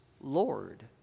Lord